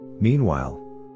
Meanwhile